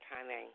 timing